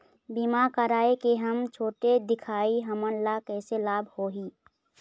बीमा कराए के हम छोटे दिखाही हमन ला कैसे लाभ होही?